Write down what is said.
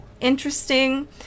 interesting